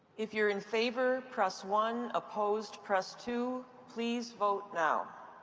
if you're in favor, press one. opposed, press two. please vote now.